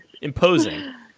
imposing